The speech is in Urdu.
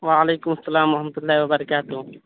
وعلیکم السلام و رحمتہ اللہ و برکاتہ